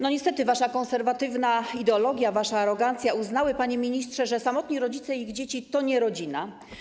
Niestety, wasza konserwatywna ideologia, wasza arogancja uznały, panie ministrze, że samotni rodzice i ich dzieci to nie rodzina.